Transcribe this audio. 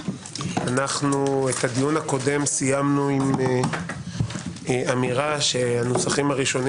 את הדיון הקודם סיימנו עם אמירה שהנוסחים הראשונים